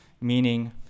meaning